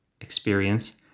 experience